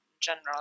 general